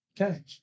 Okay